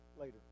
later